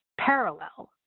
parallel